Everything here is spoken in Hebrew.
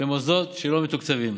במוסדות שלא מתוקצבים,